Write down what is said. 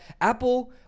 Apple